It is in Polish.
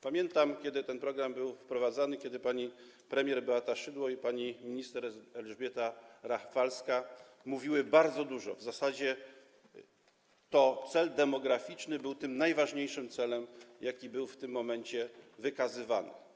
Pamiętam, że kiedy ten program był wprowadzany, pani premier Beata Szydło i pani minister Elżbieta Rafalska mówiły o tym bardzo dużo, w zasadzie cel demograficzny był najważniejszym celem, jaki był w tym momencie wskazywany.